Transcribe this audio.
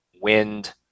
wind